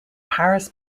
paris